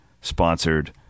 sponsored